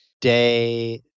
day